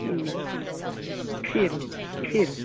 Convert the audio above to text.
creel creel